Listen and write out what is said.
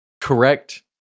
correct